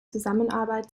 zusammenarbeit